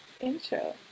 intro